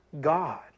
God